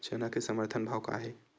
चना के समर्थन भाव का हे?